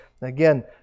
Again